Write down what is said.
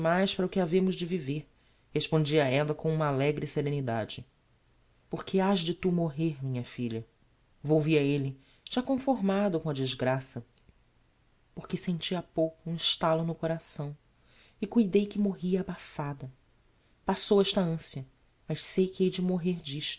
o que havemos de viver respondia ella com uma alegre serenidade porque has de tu morrer minha filha volvia elle já conformado com a desgraça porque senti ha pouco um estalo no coração e cuidei que morria abafada passou esta ancia mas sei que hei de morrer d'isto